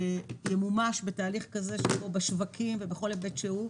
ימומש בתהליך כזה שבו בשווקים ובכל היבט שהוא,